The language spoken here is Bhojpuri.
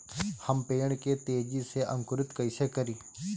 हम पेड़ के तेजी से अंकुरित कईसे करि?